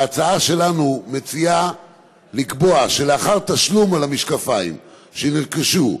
בהצעה שלנו מוצע לקבוע שלאחר התשלום על המשקפיים שנרכשו,